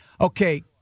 Okay